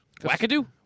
Wackadoo